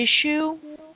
issue